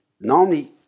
Normally